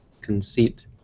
conceit